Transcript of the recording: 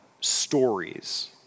stories